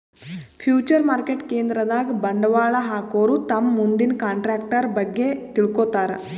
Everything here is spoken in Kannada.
ಫ್ಯೂಚರ್ ಮಾರ್ಕೆಟ್ ಕೇಂದ್ರದಾಗ್ ಬಂಡವಾಳ್ ಹಾಕೋರು ತಮ್ ಮುಂದಿನ ಕಂಟ್ರಾಕ್ಟರ್ ಬಗ್ಗೆ ತಿಳ್ಕೋತಾರ್